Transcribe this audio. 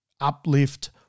uplift